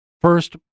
First